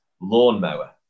lawnmower